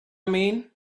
mean